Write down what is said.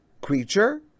creature